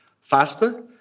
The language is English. faster